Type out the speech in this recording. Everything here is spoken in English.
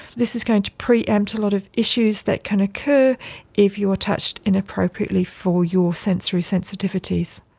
this is going to pre-empt a lot of issues that can occur if you are touched inappropriately for your sensory sensitivities.